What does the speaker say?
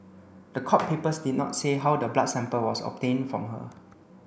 the court papers did not say how the blood sample was obtained from her